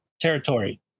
Territory